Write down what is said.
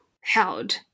held